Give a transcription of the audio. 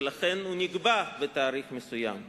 ולכן הוא נקבע בתאריך מסוים,